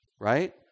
Right